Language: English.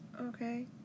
okay